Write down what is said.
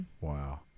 wow